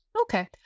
Okay